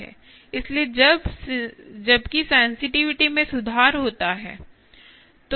इसलिए जबकि सेंसिटिविटी में सुधार होता है